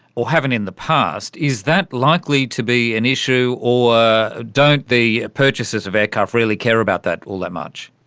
or haven't in the past. is that likely to be an issue, or don't the purchasers of aircraft really care about that all that much?